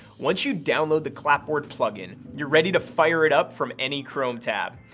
once you download the clapboard plugin, you're ready to fire it up from any chrome tab.